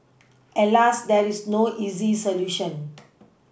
Alas there is no easy solution